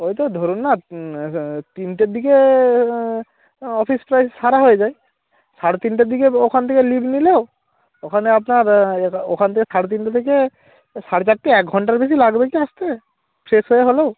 ওইটা ধরুন না তিনটের দিকে অফিস প্রায় সারা হয়ে যায় সাড়ে তিনটের দিকে ওখান থেকে লিভ নিলেও ওখানে আপনার এ ওখান থেকে সাড়ে তিনটে থেকে সাড়ে চারটে এক ঘন্টার বেশি লাগবে কি আসতে শেষ হয়ে গেলেও